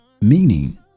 Meaning